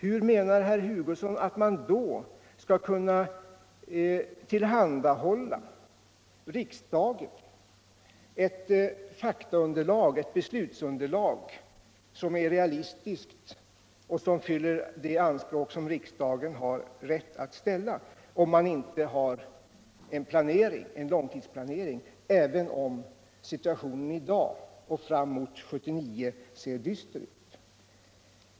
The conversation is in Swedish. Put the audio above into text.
Hur menar herr Hugosson att man skulle kunna tillhandahålla riksdagen ett beslutsunderlag av fakta som är realistiskt och som fyller de anspråk som riksdagen har rätt att ställa, om man inte har en långtidsplanering — låt vara att situationen i dag och framemot år 1979 ser dyster ut?